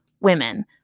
women